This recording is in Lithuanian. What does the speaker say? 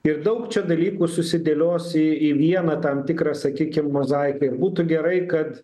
ir daug čia dalykų susidėlios į į vieną tam tikrą sakykim mozaiką ir būtų gerai kad